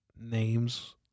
names